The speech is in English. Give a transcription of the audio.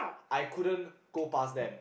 I couldn't go past them